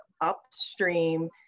upstream